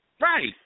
Right